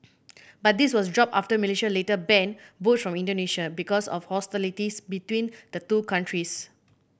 but this was dropped after Malaysia later banned boats from Indonesia because of hostilities between the two countries